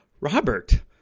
Robert